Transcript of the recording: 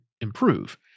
improve